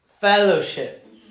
Fellowship